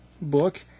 book